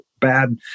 bad